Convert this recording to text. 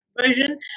version